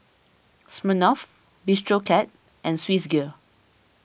Smirnoff Bistro Cat and Swissgear